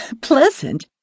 Pleasant